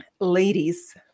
ladies